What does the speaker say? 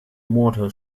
mortar